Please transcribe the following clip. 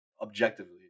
objectively